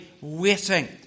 waiting